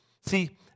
See